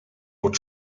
were